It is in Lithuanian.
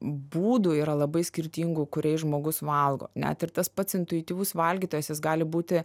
būdų yra labai skirtingų kuriais žmogus valgo net ir tas pats intuityvus valgytojas jis gali būti